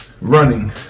running